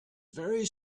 very